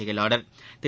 செயலாளர் திரு